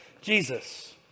Jesus